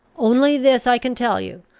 only this i can tell you,